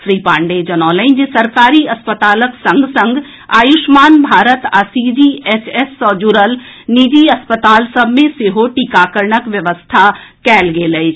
श्री पांडेय जनौलनि जे सरकारी अस्पतालक संग संग आयुष्मान भारत आ सीजीएचएस सॅ जुड़ल निजी अस्पताल सभ मे सेहो टीकाकरणक व्यवस्था कएल गेल अछि